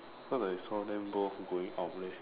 cause I saw them both going out leh